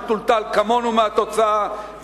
שטולטל כמונו מהתוצאה,